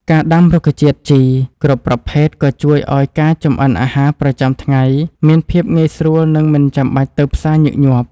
ការដាំរុក្ខជាតិជីរ គ្រប់ប្រភេទក៏ជួយឱ្យការចម្អិនអាហារប្រចាំថ្ងៃមានភាពងាយស្រួល និងមិនបាច់ទៅផ្សារញឹកញាប់។